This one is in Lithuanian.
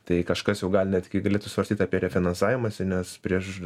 tai kažkas jau gal netgi galėtų svarstyt apie refinansavimasi nes prieš